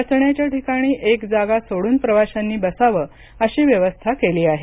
बसण्याच्या ठिकाणी एक जागा सोडून प्रवाशांनी बसावं अशी व्यवस्था केली आहे